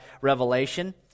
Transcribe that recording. Revelation